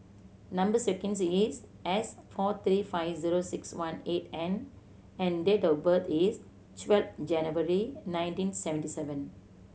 number sequence is S four three five zero six one eight N and date of birth is twelve January nineteen seventy seven